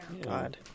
God